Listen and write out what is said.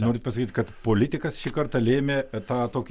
norit pasakyt kad politikas šį kartą lėmė etato